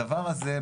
הדבר הזה,